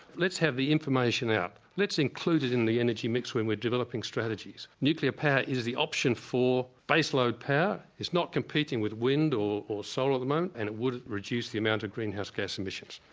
let's have the information out let's include it in the energy mix when we're developing strategies. nuclear power is the option for base-load power, it's not competing with wind or or solar at the moment and it would reduce the amount of greenhouse gas emissions.